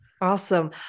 Awesome